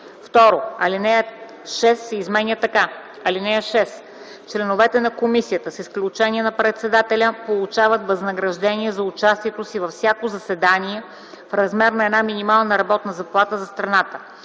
с”. 2. Алинея 6 се изменя така: „(6) Членовете на комисията с изключение на председателя, получават възнаграждение за участието си във всяко заседание в размер на една минимална работна заплата за страната.